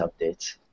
updates